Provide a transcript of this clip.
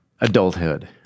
adulthood